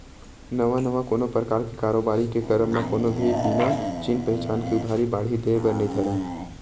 नवा नवा कोनो परकार के कारोबारी के करब म कोनो भी बिना चिन पहिचान के उधारी बाड़ही देय बर नइ धरय